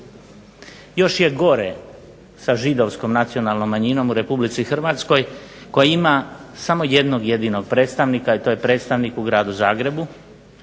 Još je gore sa židovskom nacionalnom manjinom u Republici Hrvatskoj koja ima samo jednog jedinog predstavnika to je predstavnik u gradu Zagrebu,